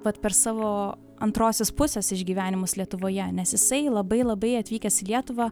vat per savo antrosios pusės išgyvenimus lietuvoje nes jisai labai labai atvykęs į lietuvą